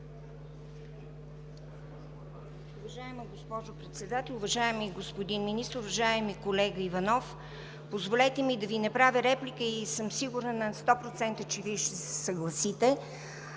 Уважаема госпожо Председател, уважаеми господин Министър! Уважаеми колега Иванов, позволете ми да Ви направя реплика и съм сигурна на сто процента, че Вие ще се съгласите.